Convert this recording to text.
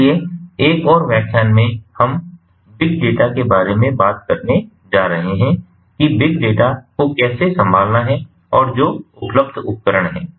इसलिए एक और व्याख्यान में हम बिग डाटा के बारे में बात करने जा रहे हैं कि बिग डाटा को कैसे संभालना है और जो उपलब्ध उपकरण हैं